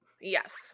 Yes